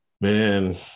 Man